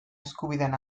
eskubideen